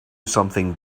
something